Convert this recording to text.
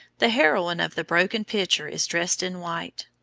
the heroine of the broken pitcher is dressed in white,